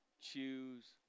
choose